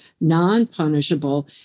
non-punishable